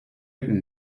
selten